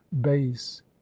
base